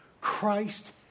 Christ